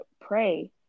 pray